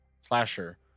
slasher